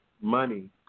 money